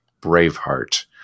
Braveheart